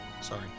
Sorry